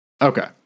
Okay